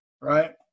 right